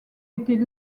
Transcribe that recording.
était